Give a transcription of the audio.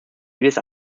vieles